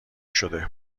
شده